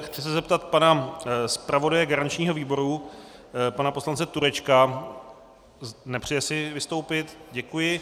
Chci se zeptat pana zpravodaje garančního výboru pana poslance Turečka nepřeje si vystoupit, děkuji.